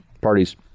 parties